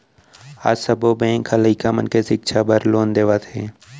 आज सब्बो बेंक ह लइका मन के सिक्छा बर लोन देवत हे